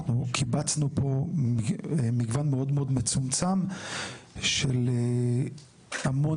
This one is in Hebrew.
אנחנו קיבצנו פה מגוון מאוד מאוד מצומצם של המון